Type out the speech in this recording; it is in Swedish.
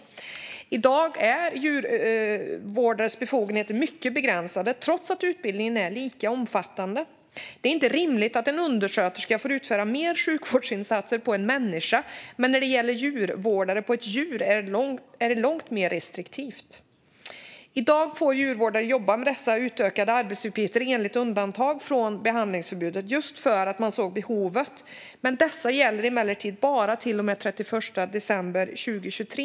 I dag är djurvårdares befogenheter mycket begränsade, trots att utbildningen är lika omfattande. Det är inte rimligt att en undersköterska får utföra ett antal sjukvårdsinsatser på en människa medan det är långt mer restriktivt när det gäller vad djurvårdare får göra på ett djur. I dag får djurvårdare jobba med dessa utökade arbetsuppgifter enligt undantag från behandlingsförbudet, just för att man såg behovet, men undantagen gäller bara till och med den 31 december 2023.